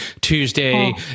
Tuesday